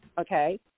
okay